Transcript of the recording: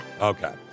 Okay